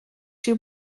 shoe